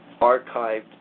archived